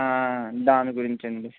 దాని గురించే అండి